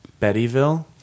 Bettyville